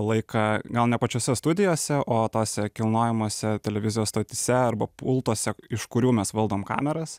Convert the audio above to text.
laiką gal ne pačiose studijose o tose kilnojamose televizijos stotyse arba pultuose iš kurių mes valdom kameras